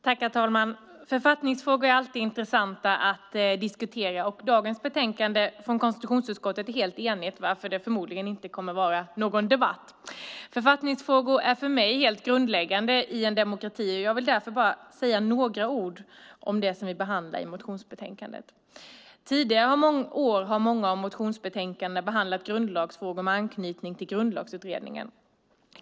Herr talman! Författningsfrågor är alltid intressanta att diskutera. Dagens betänkande från konstitutionsutskottet är helt enigt, varför det förmodligen inte kommer att vara någon debatt. Författningsfrågor är för mig helt grundläggande i en demokrati, och jag vill därför bara säga några ord om det som vi behandlar i motionsbetänkandet. Tidigare år har många av motionsyrkandena behandlat grundlagsfrågor med anknytning till Grundlagsutredningen.